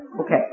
Okay